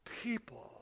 people